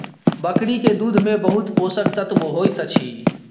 बकरी के दूध में बहुत पोषक तत्व होइत अछि